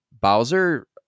Bowser